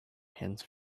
hands